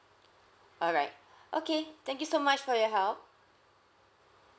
alright okay thank you so much for your help